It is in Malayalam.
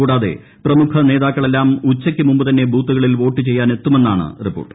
കൂടാതെ പ്രമുഖ നേതാക്കളെല്ലാം ഉച്ചയ്ക്ക് മുമ്പ് തന്നെ ബൂത്തുകളിൽ വോട്ട് ചെയ്യാനെത്തുമെന്നാണ് റിപ്പോർട്ട്